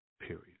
period